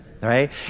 right